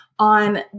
on